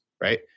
right